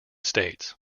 states